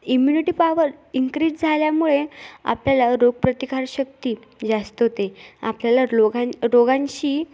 immunity power increase झाल्यामुळे आपल्याला रोग प्रतिकारशक्ती जास्त होते आपल्याला रोगां रोगांशी